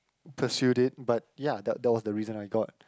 pursue it but ya that that was the reason I got